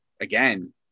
again